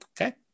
Okay